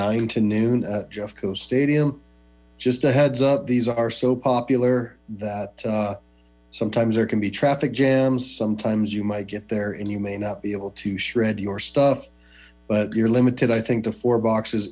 co stadium just a heads up these are so popular that sometimes there can be traffic jams sometimes you might get there and you may not be able to shred your stuff but you're limited i think to four boxes